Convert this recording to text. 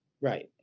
Right